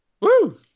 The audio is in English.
Woo